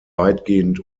weitgehend